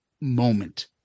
moment